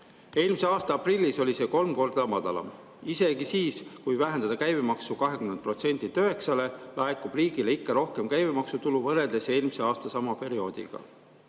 Eelmise aasta aprillis oli see kolm korda madalam. Isegi siis, kui vähendada käibemaks 20%-lt 9%-le, laekub riigile ikka rohkem käibemaksutulu võrreldes eelmise aasta sama perioodiga.